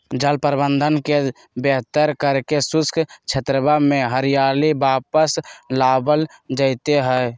जल प्रबंधन के बेहतर करके शुष्क क्षेत्रवा में हरियाली वापस लावल जयते हई